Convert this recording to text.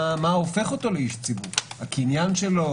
מה הופך אותו לאיש ציבור, הקניין שלו?